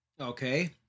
Okay